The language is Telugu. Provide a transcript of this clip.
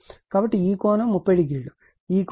కాబట్టి ఈ కోణం 30o ఈ కోణం 30 o అవుతుంది